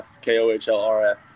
K-O-H-L-R-F